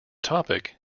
topic